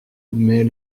mais